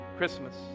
Christmas